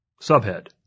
Subhead